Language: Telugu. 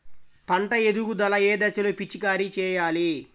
పంట ఎదుగుదల ఏ దశలో పిచికారీ చేయాలి?